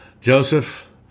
Joseph